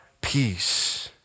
Peace